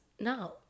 no